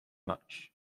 much